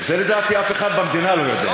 את זה לדעתי אף אחד במדינה לא יודע.